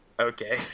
Okay